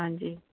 ਹਾਂਜੀ